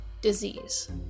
disease